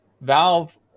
Valve